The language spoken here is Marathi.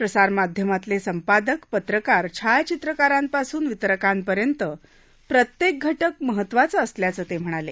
प्रसारमाध्यमातले संपादक पत्रकार छायाचित्रकारांपासून वितरकांपर्यंत प्रत्येक घटक महत्वाचा असल्याचं ते म्हणाले